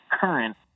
current